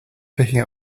picking